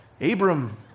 Abram